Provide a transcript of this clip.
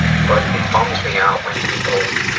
but it bums me out when people